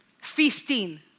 feasting